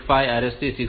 5 RST 6